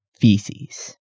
feces